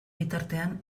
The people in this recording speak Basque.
bitartean